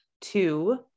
Two